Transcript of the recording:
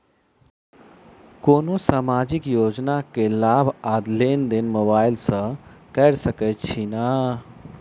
कोनो सामाजिक योजना केँ लाभ आ लेनदेन मोबाइल सँ कैर सकै छिःना?